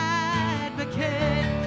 advocate